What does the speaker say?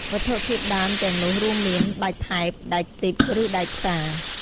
វត្ថុធាតុដើមទាំងនោះរួមមាន ដែកថែប ដែកទីប ឬដែកផ្សា។